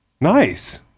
Nice